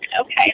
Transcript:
Okay